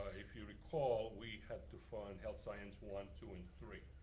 if you recall, we had to fund health science one, two, and three.